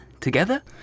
together